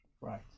Right